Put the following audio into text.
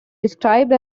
described